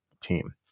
team